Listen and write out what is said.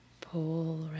Pull